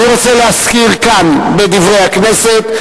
אני רוצה להזכיר כאן ב"דברי הכנסת"